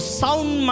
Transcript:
sound